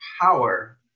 power